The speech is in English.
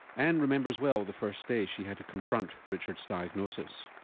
ann remembers well the first day she had to confront richard's diagnosis.